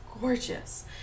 gorgeous